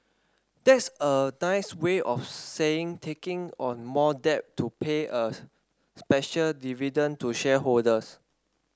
that's a nice way of saying taking on more debt to pay a special dividend to shareholders